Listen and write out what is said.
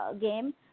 Game